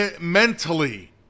mentally